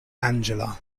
angela